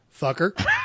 Fucker